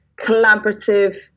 collaborative